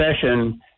session